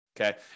okay